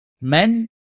men